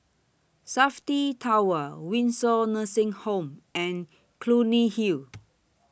Safti Tower Windsor Nursing Home and Clunny Hill